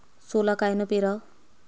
सोला कायनं पेराव?